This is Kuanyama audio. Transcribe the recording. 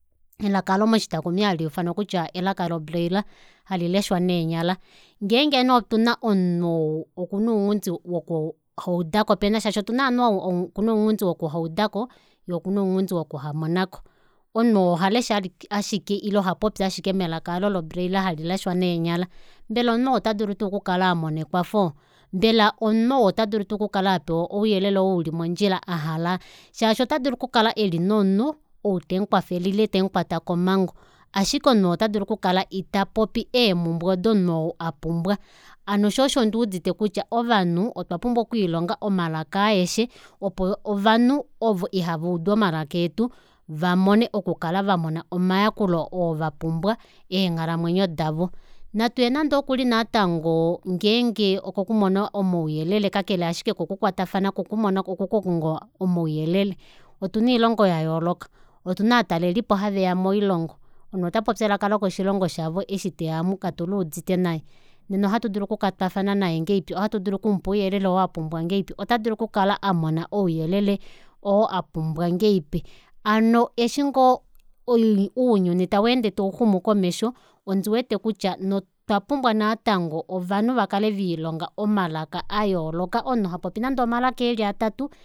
Elaka aalo moshitakumi hali ufanwa kutya elaka lo braille, hali leshwa neenyala ngenge nee otuna omunhu ou okuna ounghundi woku haudako shaashi otuna ovanhu ovo vena ounghundi woku haudako yee okuna ounghundi woku hamonako omunhu ohalesha ashike ile ohapopi ashiek melaka aalo lo braille halileshwa neenyala mbela omunhu oo otadulu tuu okukala amona ekwafo mbela omunhu ou ota dulu tuu okukala apewa ouyelele oo uli mondjila ahala shaashi otadulu okukala eli nomunhu ou temukwafele ile temukwata kemango ashike omunhu ou otadulu okukala itapopi eemumbwe odo omunhu ou apumbwa hano shoo osho nduudite kutya ovanhu otwapumbwa okwiilonga omalaka aeshe opo ovanhu ovo ihavaudu omalaka eetu vamone okukala vamona omayakulo oo vapumbwa eenghalamwenyo davo natuye nando kuli naatango ngenge okokumona omauyelele kakale ashike kokukwatafana oko- oko- ko- kokukonga omauyelele otuna oilongo yayooloka otuna ovatalelelipo haveya moilongo omunhu ota popi elaka lokoshilongo shavo eshi teya omu katuluudite naye nena ohatudulu okukwatafana naye ngahelipi ohatu dulu okumupa ouyelele oo apumbwa ngahelipi ota dulu okukala amona ouyelele oo apumbwa ngahelipi hano eshi ngoo ounyuni taweende tauxumu komesho ondiwete otwa pumbwa natango ovanhu vakale viilonga omalaka ayooloka omunhu hapopi nande omalaka eli atatu